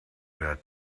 that